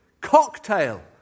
cocktail